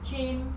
gym